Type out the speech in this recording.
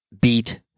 beat